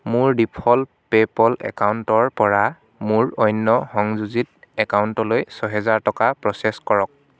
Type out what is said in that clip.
মোৰ default PayPal একাউণ্টৰপৰা মোৰ অন্য সংযোজিত একাউণ্টলৈ ছহেজাৰ টকা প্ৰ'চেছ কৰক